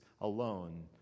alone